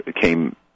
came